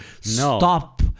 stop